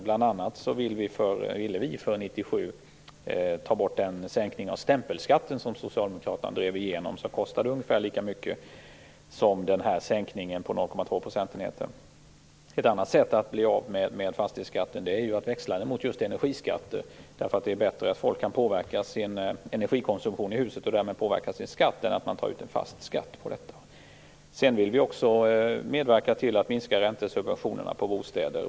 Bl.a. har vi sagt att vi för 1997 velat ta bort den sänkning av stämpelskatten som Socialdemokraterna drivit igenom och som kostar ungefär lika mycket som en sänkning av fastighetsskatten med Ett annat sätt att bli av med fastighetsskatten är att växla den mot en energiskatt. Det är ju bättre att människor kan påverka energikonsumtionen i sina hus och därmed påverka sin skatt än att en fast skatt tas ut. Vidare vill vi medverka till minskade räntesubventioner för bostäder.